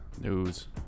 News